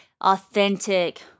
authentic